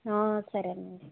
సరేనండి